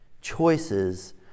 Choices